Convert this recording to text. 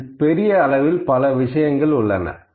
அதில் பெரிய அளவில் பல விஷயங்கள் உள்ளன